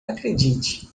acredite